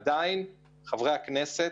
עדיין, חברי הכנסת